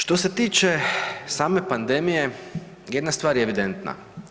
Što se tiče same pandemije jedna stvar je evidentna.